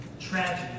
Tragedy